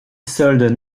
soldes